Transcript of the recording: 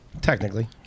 Technically